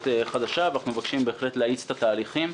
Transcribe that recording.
חדשה ואנחנו מבקשים בהחלט להאיץ את התהליכים.